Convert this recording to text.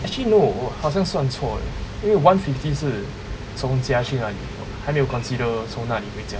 actually no 我好像算错因为 one fifty 是从家去那里还没有 consider 从那里回家